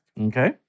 Okay